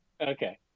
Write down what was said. Okay